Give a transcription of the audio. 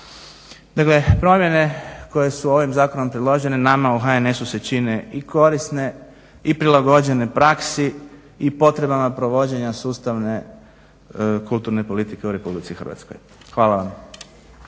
Dakle, promjene koje su ovim zakonom predložene, nama u HNS-u se čine i korisne i prilagođene praksi, i potrebama provođenja sustavne kulturne politike u RH. Hvala vam.